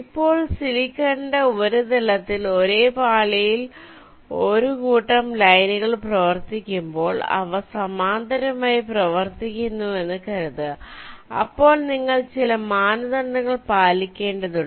ഇപ്പോൾ സിലിക്കണിന്റെ ഉപരിതലത്തിൽ ഒരേ പാളിയിൽ ഒരു കൂട്ടം ലൈനുകൾ പ്രവർത്തിപ്പിക്കുമ്പോൾ അവ സമാന്തരമായി പ്രവർത്തിക്കുന്നുവെന്ന് കരുതുക അപ്പോൾ നിങ്ങൾ ചില മാനദണ്ഡങ്ങൾ പാലിക്കേണ്ടതുണ്ട്